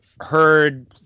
heard